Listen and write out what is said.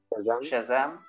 Shazam